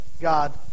God